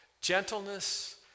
gentleness